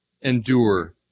endure